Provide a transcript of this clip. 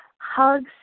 hugs